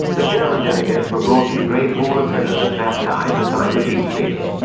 the german delegates were brought to the great hall of mirrors at versailles to sign the peace treaty.